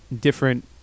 different